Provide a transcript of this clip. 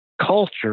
culture